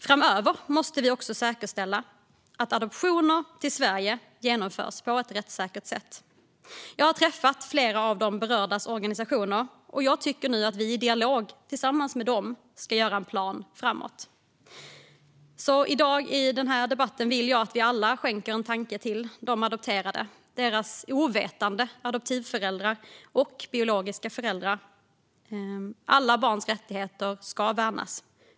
Framöver måste vi också säkerställa att adoptioner till Sverige genomförs på ett rättssäkert sätt. Jag har träffat flera av de berördas organisationer, och jag tycker att vi nu i dialog med dem ska göra en plan för hur det ska se ut framåt. I dag i denna debatt vill jag att vi alla skänker de adopterade, deras ovetande adoptivföräldrar och deras biologiska föräldrar en tanke. Alla barns rättigheter ska värnas.